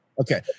Okay